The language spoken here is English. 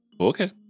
Okay